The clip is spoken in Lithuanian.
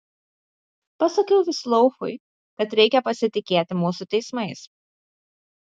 pasakiau vislouchui kad reikia pasitikėti mūsų teismais